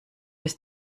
ist